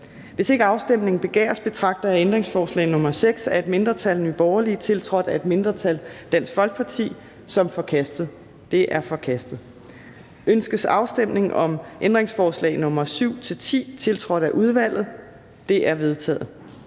Hvis ikke afstemning begæres, betragter jeg ændringsforslag nr. 6 af et mindretal (NB), tiltrådt af et mindretal (DF), som forkastet. Det er forkastet. Ønskes afstemning om ændringsforslag nr. 7-10, tiltrådt af udvalget? De er vedtaget.